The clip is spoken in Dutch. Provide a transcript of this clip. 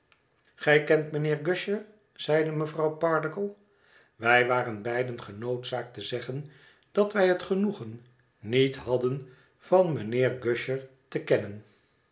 gij kent mijnheer gusher zeide mevrouw pardiggle wij waren beiden genoodzaakt te zeggen dat wij het genoegen niet hadden van mijnheer gusher te kennen